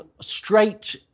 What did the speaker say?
straight